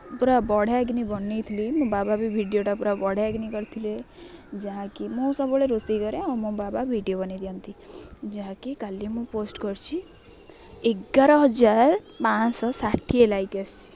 ପୁରା ବଢ଼ିଆକିନି ବନାଇଥିଲି ମୋ ବାବା ବି ଭିଡ଼ିଓଟା ପୁରା ବଢ଼ିଆକିନା କରିଥିଲେ ଯାହାକି ମୁଁ ସବୁବେଳେ ରୋଷେଇ କରେ ଆଉ ମୋ ବାବା ଭିଡ଼ିଓ ବନାଇ ଦିଅନ୍ତି ଯାହାକି କାଲି ମୁଁ ପୋଷ୍ଟ୍ କରିଛି ଏଗାର ହଜାର ପାଁଶହ ଷାଠିଏ ଲାଇକ୍ ଆସିଛି